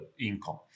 income